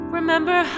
Remember